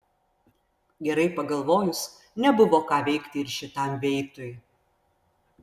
gerai pagalvojus nebuvo ką veikti ir šitam veitui